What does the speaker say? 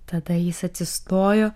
tada jis atsistojo